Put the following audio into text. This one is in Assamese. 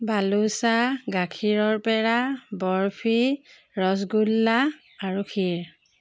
বালোচা গাখীৰৰ পেৰা বৰফি ৰসগোল্লা আৰু ক্ষীৰ